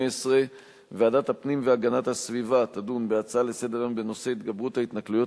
ועדת הפנים והגנת הסביבה תדון בנושא: התגברות ההתנכלויות